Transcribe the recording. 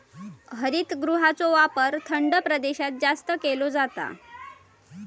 हरितगृहाचो वापर थंड प्रदेशात जास्त केलो जाता